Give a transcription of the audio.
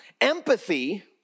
Empathy